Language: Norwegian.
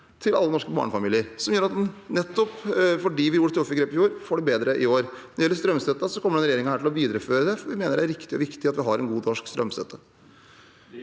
for alle norske barnefamilier. Nettopp fordi vi gjorde tøffe grep i fjor, får vi det bedre i år. Når det gjelder strømstøtten, kommer denne regjeringen til å videreføre den, for vi mener det er riktig og viktig at vi har en god norsk strømstøtte.